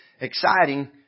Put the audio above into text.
exciting